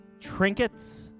trinkets